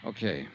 Okay